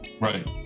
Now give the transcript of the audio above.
Right